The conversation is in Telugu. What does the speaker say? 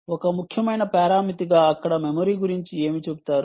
ఒక ముఖ్యమైన పరామితిగా అక్కడ మెమరీ గురించి ఏమి చెబుతారు